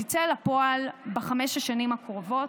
והיא תצא אל הפועל בחמש השנים הקרובות.